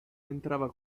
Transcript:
entrava